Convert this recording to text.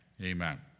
amen